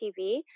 TV